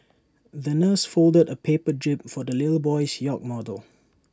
the nurse folded A paper jib for the little boy's yacht model